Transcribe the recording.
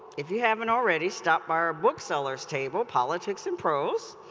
if you haven't already stopped by our booksellers table, politics and prose,